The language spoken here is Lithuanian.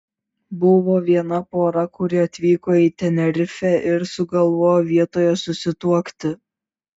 buvo viena pora kuri atvyko į tenerifę ir sugalvojo vietoje susituokti